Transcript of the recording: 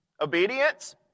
Obedience